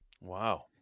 Wow